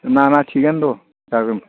नाङा नाङा थिकआनो दं जागोन